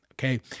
Okay